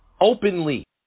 openly